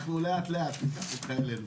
אנחנו לאט לאט ניקח אותך אלינו.